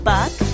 Buck